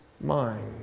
mind